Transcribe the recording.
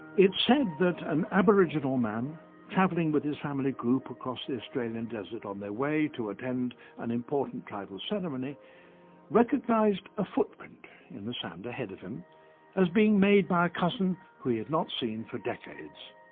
said that an aboriginal man travelling with his family group across the australian desert on their way to attend an important tribal ceremony recognised a footprint in the sand ahead of him as being made by a cousin who he had not seen for decades.